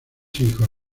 hijos